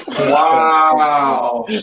Wow